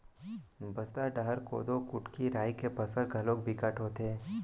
बस्तर डहर कोदो, कुटकी, राई के फसल घलोक बिकट होथे